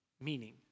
meaning